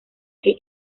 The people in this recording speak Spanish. que